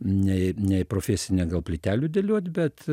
ne į ne į profesinę gal plytelių dėliot bet